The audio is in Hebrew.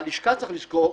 הלשכה, צריך לזכור,